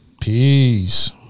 Peace